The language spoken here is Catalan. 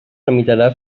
tramitarà